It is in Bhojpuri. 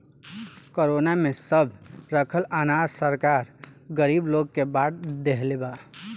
कोरोना में सब रखल अनाज सरकार गरीब लोग के बाट देहले बा